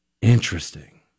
Interesting